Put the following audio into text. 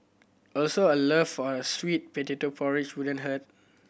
also a love for a sweet potato porridge wouldn't hurt